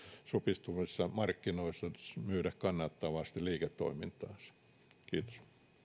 supistuvissa markkinoissa myydä kannattavasti liiketoimintaansa